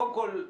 קודם כול,